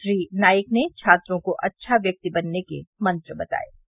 श्री नाईक ने छात्रों को अच्छा व्यक्ति बनने के मंत्र बताये